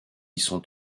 sont